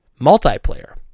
multiplayer